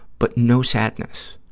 but no sadness.